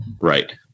Right